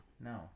No